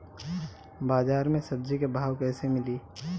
बाजार मे सब्जी क भाव कैसे मिली?